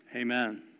Amen